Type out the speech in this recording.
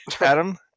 Adam